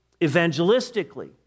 evangelistically